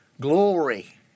glory